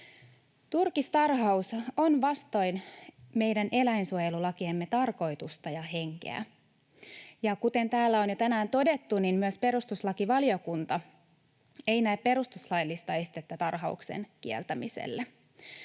Turkistarhaus on vastoin meidän eläinsuojelulakiemme tarkoitusta ja henkeä. Ja kuten täällä on jo tänään todettu, myöskään perustuslakivaliokunta ei näe perustuslaillista estettä tarhauksen kieltämiselle,